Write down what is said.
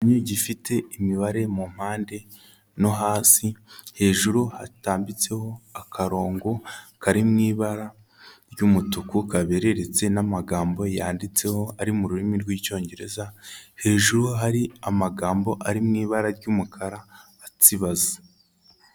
Gifite imibare mu mpande no hasi, hejuru hatambitseho akarongo kari mu ibara ry'umutuku kaberetse, n'amagambo yanditseho ari mu rurimi rw'icyongereza, hejuru hari amagambo ari mu ibara ry'umukara atsibaze.